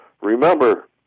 Remember